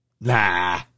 Nah